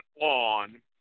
on